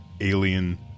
alien